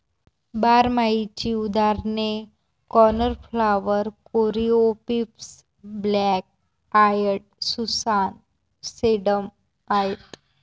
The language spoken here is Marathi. बारमाहीची उदाहरणे cornflower, coreopsis, black eyed Susan, sedum आहेत